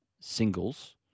singles